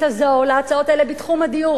הזאת או להצעות האלה בתחום הדיור,